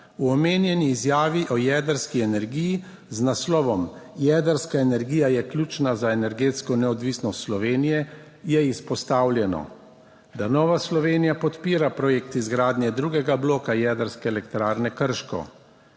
V omenjeni izjavi o jedrski energiji z naslovom Jedrska energija je ključna za energetsko neodvisnost Slovenije je izpostavljeno, da Nova Slovenija podpira projekt izgradnje drugega bloka jedrske elektrarne Krško.